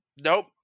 nope